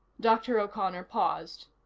dr. o'connor paused.